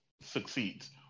succeeds